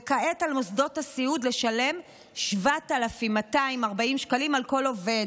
וכעת על מוסדות הסיעוד לשלם 7,240 שקלים על כל עובד.